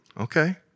Okay